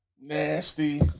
nasty